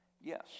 Yes